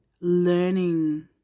learning